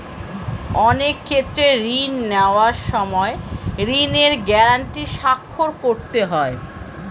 অনেক ক্ষেত্রে ঋণ নেওয়ার সময় ঋণের গ্যারান্টি স্বাক্ষর করতে হয়